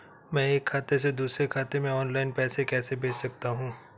मैं एक खाते से दूसरे खाते में ऑनलाइन पैसे कैसे भेज सकता हूँ?